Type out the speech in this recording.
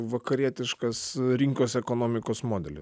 vakarietiškas rinkos ekonomikos modeliu